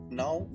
now